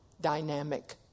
dynamic